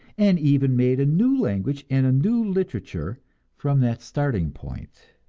and even made a new language and a new literature from that starting point.